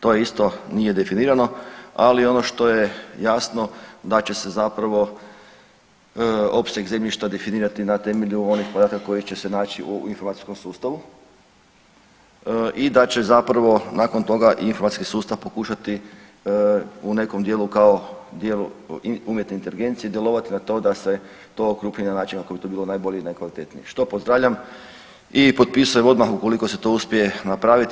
To isto nije definirano, ali ono što je jasno da će se zapravo opseg zemljišta definirati na temelju onih podataka koji će se naći u informacijskom sustavu i da će zapravo nakon toga informacijski sustav pokušati u nekom dijelu kao dijelu umjetne inteligencije djelovati na to da se to okrupni na način na koji bi to bilo najbolje i najkvalitetnije, što pozdravljam i potpisujem odmah ukoliko se to uspije napraviti.